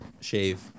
shave